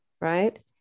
right